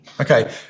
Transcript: Okay